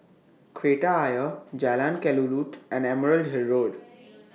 Kreta Ayer Jalan Kelulut and Emerald Hill Road